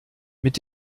mit